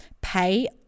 pay